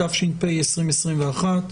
התשפ"ב-2021,